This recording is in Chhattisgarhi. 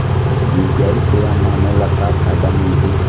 यू.पी.आई सेवा म मोला का फायदा मिलही?